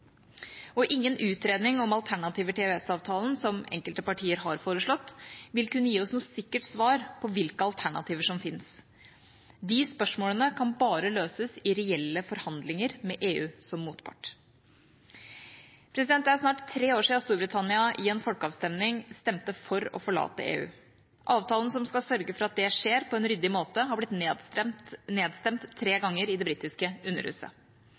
rettigheter. Ingen utredning om alternativer til EØS-avtalen, som enkelte partier har foreslått, vil kunne gi oss noe sikkert svar på hvilke alternativer som fins. De spørsmålene kan bare løses i reelle forhandlinger med EU som motpart. Det er snart tre år siden Storbritannia i en folkeavstemning stemte for å forlate EU. Avtalen som skal sørge for at dette skjer på en ryddig måte, har blitt nedstemt tre ganger i det britiske Underhuset.